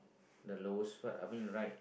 the lowest part I mean right